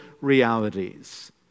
realities